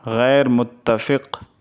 غیر متفق